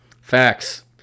Facts